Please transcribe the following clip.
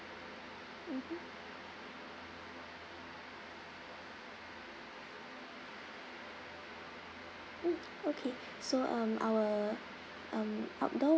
mmhmm mm okay so um our um outdoor